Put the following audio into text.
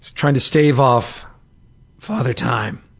trying to stave off father time.